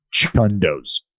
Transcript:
chundos